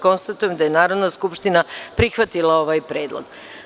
Konstatujem da je Narodna skupština prihvatila ovaj predlog.